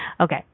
Okay